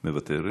מוותרת.